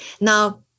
now